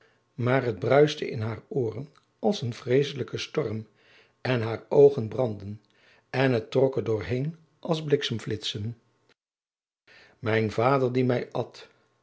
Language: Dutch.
maar het bruiste in haar ooren als een vreeselijke storm en haar oogen brandden en het trok er door heên als bliksemflitsen mijn vader die mij at